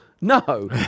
No